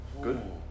good